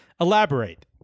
Elaborate